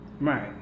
Right